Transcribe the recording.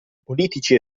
politici